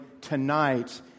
tonight